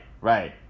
right